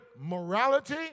morality